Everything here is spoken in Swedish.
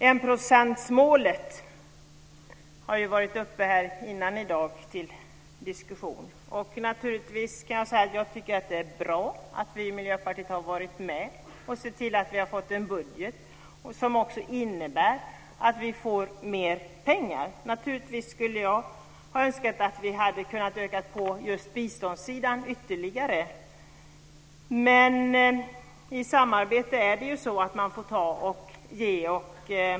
Enprocentsmålet har varit uppe till diskussion tidigare i dag. Jag tycker att det är bra att vi i Miljöpartiet har varit med och sett till att det har blivit en budget som också innebär att vi får mer pengar. Naturligtvis hade jag önskat att vi hade kunnat öka på just biståndssidan ytterligare. Men i ett samarbete får man ge och ta.